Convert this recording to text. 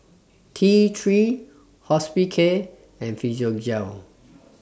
Tthree Hospicare and Physiogel